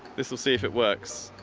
this will see if it works